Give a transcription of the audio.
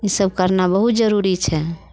ईसभ करना बहुत जरूरी छै